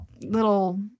little